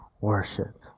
worship